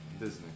Disney